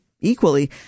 equally